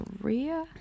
korea